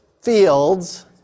fields